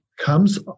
comes